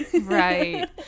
Right